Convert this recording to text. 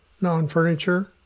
non-furniture